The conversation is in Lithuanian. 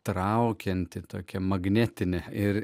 traukianti tokia magnetinė ir